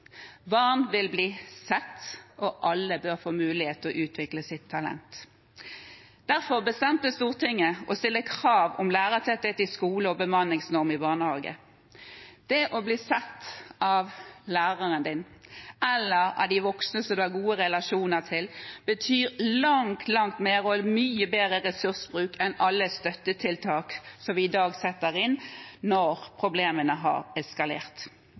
vil bli sett, og alle bør få mulighet til å utvikle sitt talent. Derfor bestemte Stortinget å stille krav om lærertetthet i skole og bemanningsnorm i barnehage. Det å bli sett av læreren din eller av de voksne som du har gode relasjoner til, betyr langt, langt mer og er en mye bedre ressursbruk enn alle støttetiltak som vi i dag setter inn når problemene har eskalert.